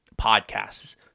podcasts